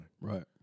Right